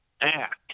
act